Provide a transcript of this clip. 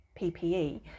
PPE